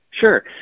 Sure